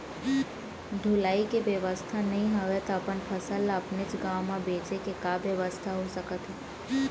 ढुलाई के बेवस्था नई हवय ता अपन फसल ला अपनेच गांव मा बेचे के का बेवस्था हो सकत हे?